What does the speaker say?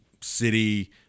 city